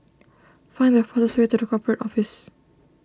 find the fastest way to the Corporate Office